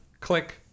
click